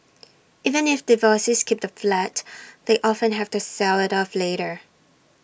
even if divorcees keep the flat they often have to sell IT off later